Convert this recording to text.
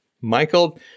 Michael